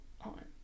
on